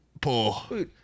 pull